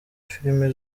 filimi